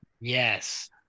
Yes